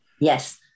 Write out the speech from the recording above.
Yes